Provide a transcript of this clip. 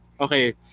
Okay